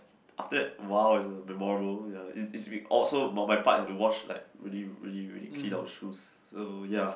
after that !wow! it's a memorable ya it's it's so for my part I have to wash like really really really clean our shoes so ya